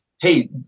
hey